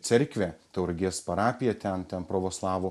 cerkvę tauragės parapiją ten ten pravoslavų